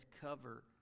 cover